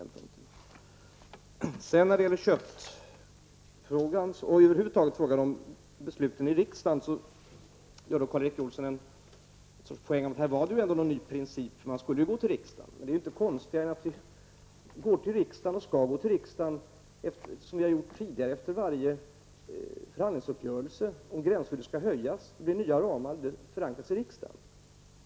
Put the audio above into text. När det gäller frågan om kött och över huvud taget besluten i riksdagen gjorde Karl Erik Olsson en poäng av att det var en ny princip som man skulle gå till riksdagen med. Det är inte konstigare än att vi går och skall gå till riksdagen som vi har gjort tidigare efter varje förhandlingsuppgörelse. Om gränsskyddet skall höjas och det blir nya ramar, skall det förankras i riksdagen.